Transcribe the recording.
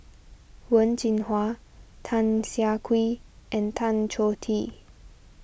Wen Jinhua Tan Siah Kwee and Tan Choh Tee